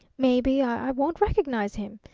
maybe i won't recognize him,